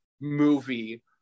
movie